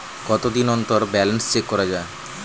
কতদিন অন্তর balance check করা য়ায়?